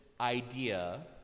idea